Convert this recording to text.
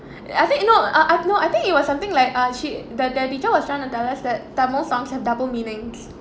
I think uh no I I no I think it was something like ah she that that teacher was trying to tell us that tamil songs have double meanings